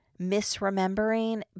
misremembering